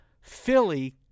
Philly